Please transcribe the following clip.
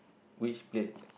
which place